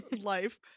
life